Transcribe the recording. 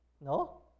No